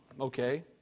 okay